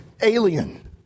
alien